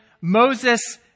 Moses